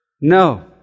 No